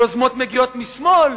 יוזמות מגיעות משמאל.